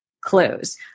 clues